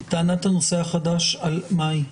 טענת הנושא החדש על מה היא?